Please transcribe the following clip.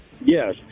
Yes